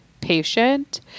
patient